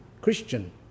Christian